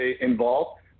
involved